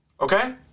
Okay